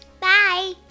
Bye